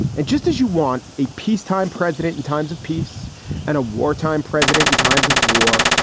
and just as you want a peacetime president in times of peace and a wartime president in times of war,